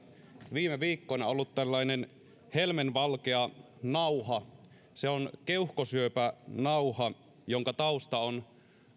viime viikkoina ollut tällainen helmenvalkea nauha se on keuhkosyöpänauha jonka tausta on